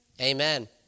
Amen